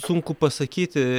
sunku pasakyti